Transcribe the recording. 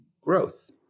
growth